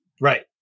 Right